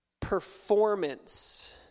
performance